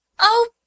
Oh